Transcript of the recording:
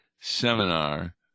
seminar